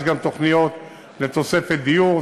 יש גם תוכניות לתוספת דיור,